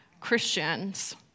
Christians